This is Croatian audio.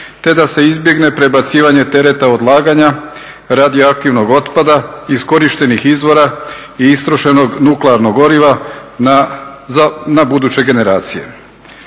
te da se izbjegne prebacivanje tereta odlaganja radioaktivnog otpada, iskorištenih izvora i istrošenog nuklearnog goriva na buduće generacije.